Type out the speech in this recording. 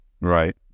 Right